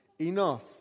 Enough